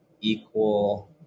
equal